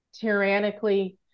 tyrannically